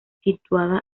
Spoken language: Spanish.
situada